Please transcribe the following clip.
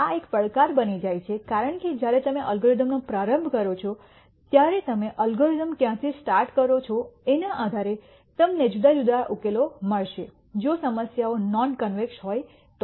આ એક પડકાર બની જાય છે કારણ કે જ્યારે તમે અલ્ગોરિધમનો પ્રારંભ કરો છો ત્યારે તમે અલ્ગોરિધમ ક્યાં થી સ્ટાર્ટ કરો છે તેના આધારે તમને જુદા જુદા ઉકેલો મળશે જો સમસ્યાઓ નોન કોન્વેક્સ હોય તો